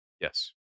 Yes